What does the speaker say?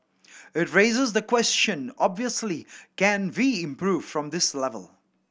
it raises the question obviously can we improve from this level